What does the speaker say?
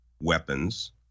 weapons